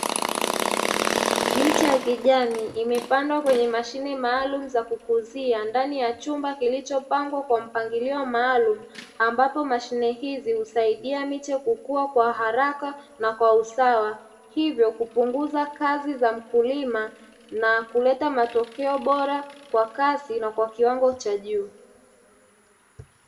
Miche ya kijani imepandwa kwenye mashine maalumu za kukuzia ndani ya chumba kilichopangwa kwa mpangilio maalumu, ambapo mashine hizi husaidia miche kukua kwa haraka na kwa usawa hivyo kupunguza kazi za mkulima na kuleta matokeo bora kwa kasi na kwa kiwango cha juu.